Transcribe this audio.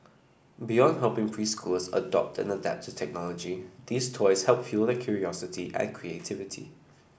beyond helping preschoolers adopt and adapt to technology these toys help fuel their curiosity and creativity